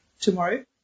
tomorrow